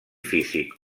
físic